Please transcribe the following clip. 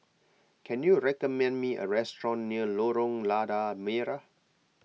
can you recommend me a restaurant near Lorong Lada Merah